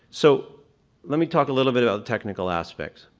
so let me talk a little bit of the technical aspects.